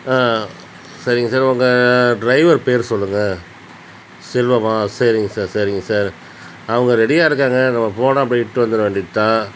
சரிங்க சார் உங்கள் டிரைவர் பேர் சொல்லுங்க செல்வமா சரிங்க சார் சரிங்க சார் அவங்க ரெடியாக இருக்காங்க நம்ம போனால் அப்படியே இட்டு வந்துட வேண்டியதுதான்